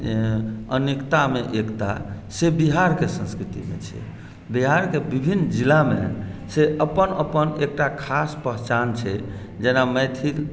जे अनेकता मे एकता से बिहारकेँ संस्कृति छै बिहारके विभिन्न जिलामे से अपन अपन एकटा खास पहचान छै जेना मैथिल